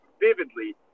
vividly